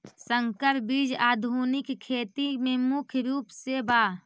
संकर बीज आधुनिक खेती में मुख्य रूप से बा